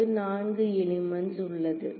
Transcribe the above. அங்கு 4 எலிமெண்ட்ஸ் உள்ளது